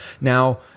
Now